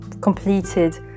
completed